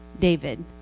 David